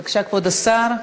בבקשה, כבוד השר.